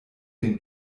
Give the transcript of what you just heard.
den